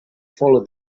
follow